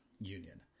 union